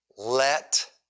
Let